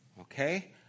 okay